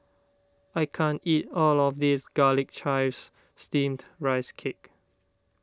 I can't eat all of this Garlic Chives Steamed Rice Cake